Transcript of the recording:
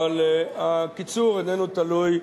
אבל הקיצור איננו תלוי,